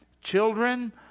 children